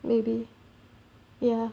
maybe ya